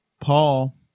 Paul